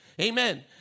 Amen